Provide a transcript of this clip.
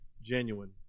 genuine